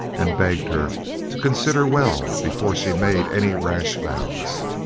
and begged her to consider well before she made any rash vows.